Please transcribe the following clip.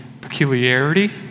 peculiarity